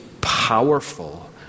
powerful